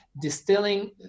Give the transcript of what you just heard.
distilling